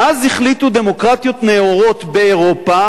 "אז החליטו דמוקרטיות נאורות באירופה